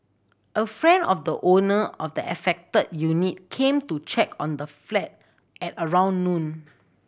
a friend of the owner of the affected unit came to check on the flat at around noon